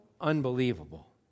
unbelievable